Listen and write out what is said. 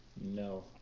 No